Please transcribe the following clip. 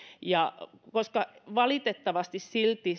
ja koska valitettavasti silti